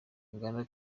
uganda